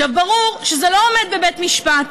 עכשיו, ברור שזה לא עומד בבית משפט,